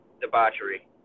debauchery